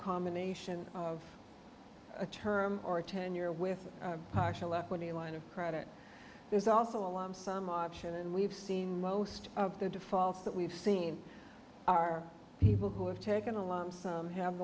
combination of a term or a ten year with a partial equity line of credit there's also a lot of some option and we've seen most of the defaults that we've seen are people who have taken along some have